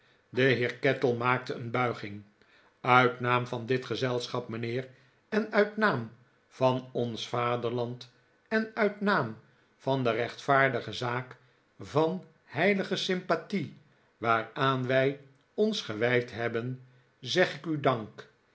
de heer kettle maakte een bulging uit naam van dit gezelschap mijnheer en uit naam van ons vaderland en uit naam van de rechtvaardige zaak van heilige sympathie waaraan wij ons gewijd hebben zeg ik u dank